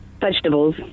vegetables